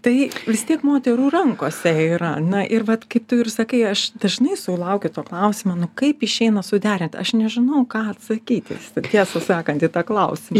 tai vis tiek moterų rankose yra na ir vat kaip tu ir sakai aš dažnai sulaukiu to klausimo nu kaip išeina suderint aš nežinau ką atsakyti tiesą sakant į tą klausimą